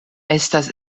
estas